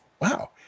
wow